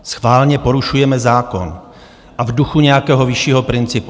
Schválně porušujeme zákon, a v duchu nějakého vyššího principu.